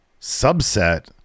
subset